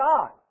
God